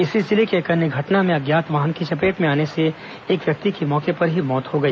इसी जिले की एक अन्य घटना में अज्ञात वाहन की चपेट में आने से एक व्यक्ति की मौके पर ही मौत हो गई